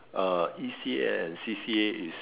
uh E_C_A and C_C_A is